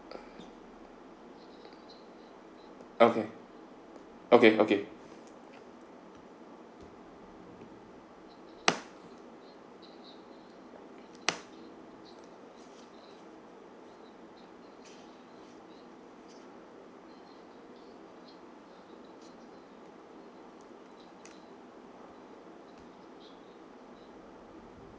okay okay okay